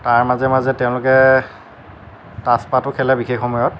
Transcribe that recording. তাৰ মাজে মাজে তেওঁলোকে তাচপাতো খেলে বিশেষ সময়ত